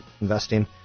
investing